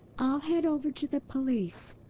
i'll head over to the police.